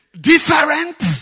different